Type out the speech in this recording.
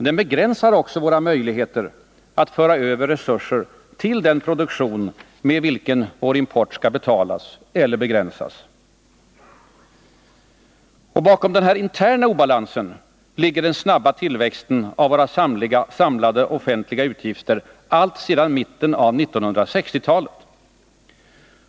Den begränsar också våra möjligheter att föra över resurser till den produktion med vilken vår import skall betalas eller begränsas. Bakom den interna obalansen ligger den snabba tillväxten av de samlade offentliga utgifterna alltsedan mitten av 1960-talet.